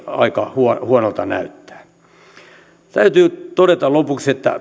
aika huonolta näyttää täytyy todeta lopuksi että